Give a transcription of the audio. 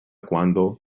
cuando